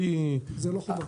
זה לא חובה.